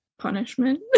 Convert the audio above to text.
punishment